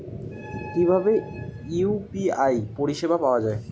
কিভাবে ইউ.পি.আই পরিসেবা পাওয়া য়ায়?